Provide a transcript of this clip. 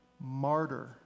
martyr